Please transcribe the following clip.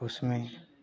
उसमें